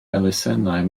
elusennau